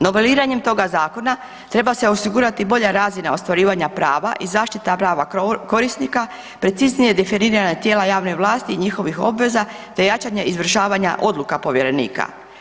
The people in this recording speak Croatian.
Noveliranjem toga zakona treba se osigurati bolja razina ostvarivanja prava i zaštita prava korisnika, preciznije definiranje tijela javne vlasti i njihovih obveza te jačanje izvršavanja odluka povjerenika.